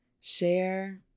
share